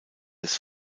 des